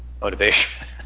motivation